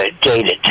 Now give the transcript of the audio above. dated